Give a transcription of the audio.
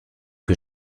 que